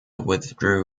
withdrew